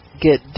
get